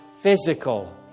physical